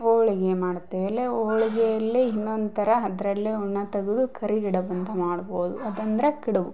ಹೋಳಿಗೆ ಮಾಡ್ತೇವೆ ಎಲೆ ಹೋಳ್ಗೆಯಲ್ಲೇ ಇನ್ನೊಂದು ಥರ ಅದರಲ್ಲೇ ಹುಣ್ಣ ತೆಗ್ದು ಕರಿಗಡಬು ಅಂತ ಮಾಡ್ಬೋದು ಅದಂದರೆ ಕಡುಬು